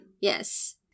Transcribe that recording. Yes